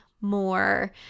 more